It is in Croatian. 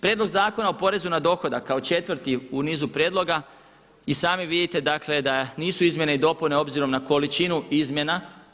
Prijedlog zakona o porezu na dohodak kao četvrti u nizu prijedloga i sami vidite, dakle da nisu izmjene i dopune obzirom na količinu izmjena.